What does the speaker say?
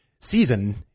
season